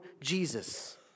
Jesus